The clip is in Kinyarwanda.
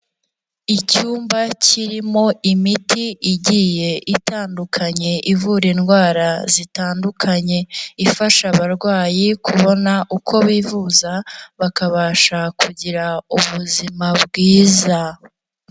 Icyumba kirimo imiti igiye itandukanye ivura indwara zitandukanye, ifasha abarwayi kubona uko bivuza, bakabasha kugira ubuzima bwiza.